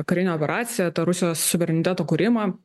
karinę operaciją tą rusijos suvereniteto kūrimą